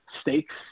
stakes